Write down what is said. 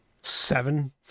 Seven